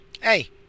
Hey